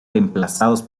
reemplazados